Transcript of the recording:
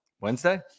Wednesday